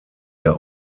der